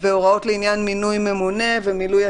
הוועדה לאנרגיה אטומית,